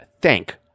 thank